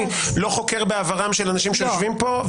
אני לא חוקר בעברם של אנשים שיושבים פה.